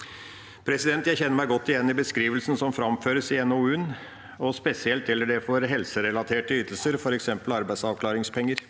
forslag. Jeg kjenner meg godt igjen i beskrivelsen som framføres i NOU-en, og spesielt gjelder det for helserelaterte ytelser, f.eks. arbeidsavklaringspenger.